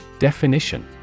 Definition